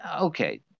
okay